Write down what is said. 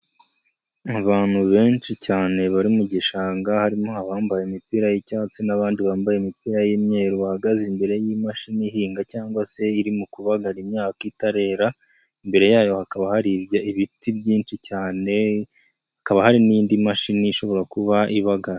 Abantu benshi cyane bari mu gishanga, harimo abambaye imipira y'icyatsi n'abandi bambaye imipira y'imyeru bahagaze imbere y'imashini ihinga cyangwa se iri mu kubagara imyaka itarera, imbere yayo hakaba hari ibiti byinshi cyane, hakaba hari n'indi mashini ishobora kuba ibagara.